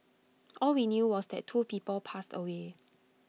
all we knew was that two people passed away